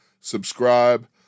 Subscribe